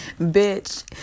Bitch